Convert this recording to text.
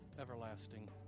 everlasting